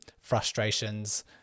frustrations